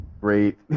great